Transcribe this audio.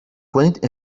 کنید